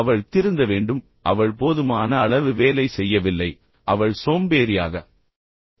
எனவே அவள் திருந்த வேண்டும் அவள் போதுமான அளவு வேலை செய்யவில்லை அவள் சோம்பேறியாக இருக்கிறாள்